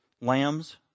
lambs